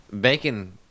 Bacon